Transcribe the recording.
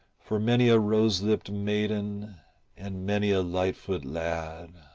for many a rose-lipt maiden and many a lightfoot lad.